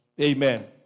Amen